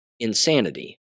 insanity